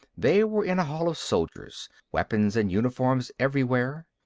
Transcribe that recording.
they were in a hall of soldiers, weapons and uniforms everywhere.